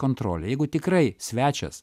kontrolė jeigu tikrai svečias